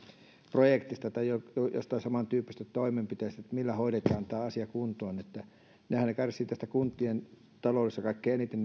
projektista tai jostain samantyyppisestä toimenpiteestä millä hoidetaan tämä asia kuntoon köyhät perheethän kärsivät tästä kuntien taloudesta kaikkein eniten